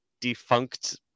defunct